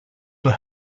were